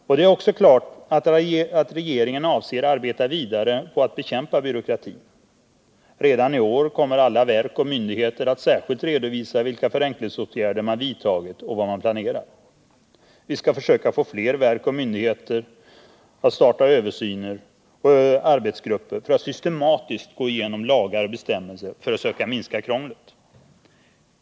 Och det är också klart att regeringen avser arbeta vidare på att bekämpa byråkratin. Redan i år kommer alla verk och myndigheter att särskilt redovisa vilka förenklingsåtgärder man vidtagit och vad man planerar att göra. Vi skall försöka få fler verk och myndigheter att starta översyner och arbetsgrupper för att systematiskt gå igenom lagar och bestämmelser för att söka minska krånglet.